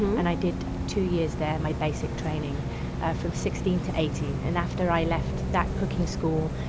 and i did two years there, my basic training from sixteen to eighteen. and after i left that cooking school,